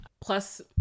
Plus